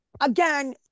Again